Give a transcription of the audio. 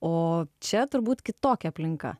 o čia turbūt kitokia aplinka